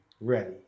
ready